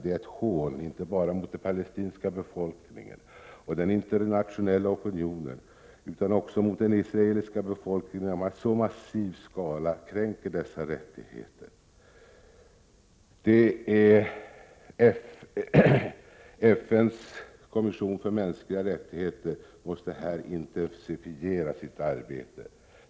Det är ett hån inte bara mot den palestinska befolkningen och den internationella opinionen utan också mot den israeliska befolkningen, att man i så massiv skala kränker dessa rättigheter. FN:s kommission för mänskliga rättigheter måste här intensifiera sitt arbete.